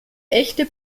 echte